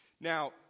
Now